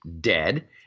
dead